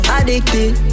Addicted